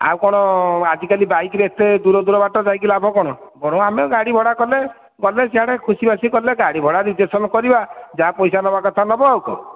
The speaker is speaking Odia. ଆଉ କ'ଣ ଆଜିକାଲି ବାଇକ୍ରେ ଏତେ ଦୂର ଦୂର ବାଟ ଯାଇକି ଲାଭ କ'ଣ ବରଂ ଆମେ ଗାଡ଼ି ଭଡ଼ା କଲେ ଗଲେ ସେଆଡ଼େ ଖୁସି ବାସି କଲେ ଗାଡି ଭଡା ରିଜର୍ଭସନ୍ କରିବା ଯାହା ପଇସା ନେବା କଥା ନେବ ଆଉ କ'ଣ